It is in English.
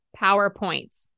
PowerPoints